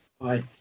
Bye